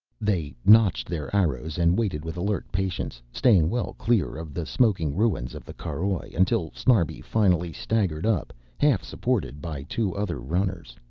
they notched their arrows and waited with alert patience, staying well clear of the smoking ruins of the caroj, until snarbi finally staggered up half supported by two other runners.